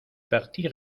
parti